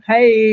Hey